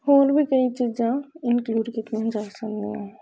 ਹੋਰ ਵੀ ਕਈ ਚੀਜ਼ਾਂ ਇੰਨਕਲਿਊਡ ਕੀਤੀਆਂ ਜਾ ਸਕਦੀਆਂ